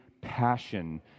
passion